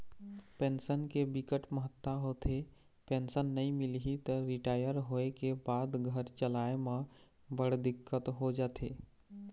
pension के बिकट महत्ता होथे, पेंसन नइ मिलही त रिटायर होए के बाद घर चलाए म बड़ दिक्कत हो जाथे